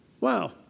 Wow